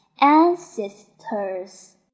Ancestors